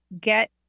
get